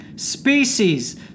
species